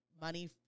money